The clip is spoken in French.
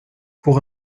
pour